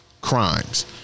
crimes